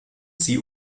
sie